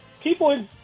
people